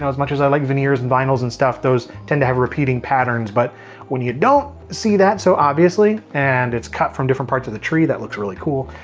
and as much as i like veneers and vinyls and stuff, those tend to have repeating patterns, but when you don't see that so obviously, and it's cut from different parts of the tree, that looks really cool.